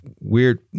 weird